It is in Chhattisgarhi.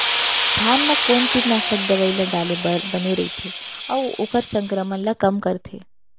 धान म कोन कीटनाशक दवई ल डाले बर बने रइथे, अऊ ओखर संक्रमण ल कम करथें?